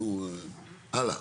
נו, יאללה.